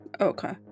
Okay